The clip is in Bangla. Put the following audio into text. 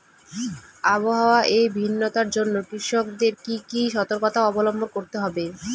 আবহাওয়ার এই ভিন্নতার জন্য কৃষকদের কি কি সর্তকতা অবলম্বন করতে হবে?